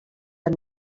der